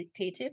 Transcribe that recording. dictative